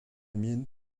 mienne